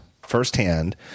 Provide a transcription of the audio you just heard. firsthand